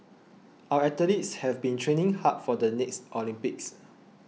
our athletes have been training hard for the next Olympics